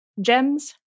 gems